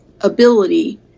ability